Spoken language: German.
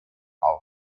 auf